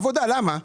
למה?